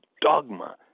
dogma